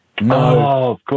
No